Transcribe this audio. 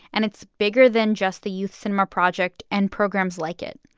and it's bigger than just the youth cinema project and programs like it.